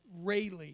Rayleigh